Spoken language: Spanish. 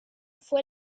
fue